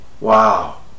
Wow